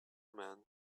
man